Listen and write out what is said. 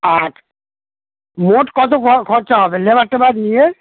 আর মোট কত খরচা হবে লেবার টেবার নিয়ে